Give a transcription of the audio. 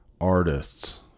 artists